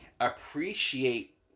Appreciate